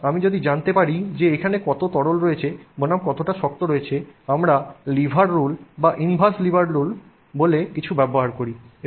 T2 তে আমি যদি জানতে পারি যে সেখানে কত তরল রয়েছে বনাম কতটা শক্ত রয়েছে আমরা লিভার রুল বা ইনভার্স লিভার রুল বলে কিছু ব্যবহার করি